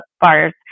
bars